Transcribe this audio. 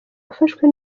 yafashwe